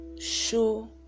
show